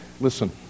listen